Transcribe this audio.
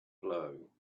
blow